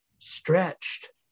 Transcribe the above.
stretched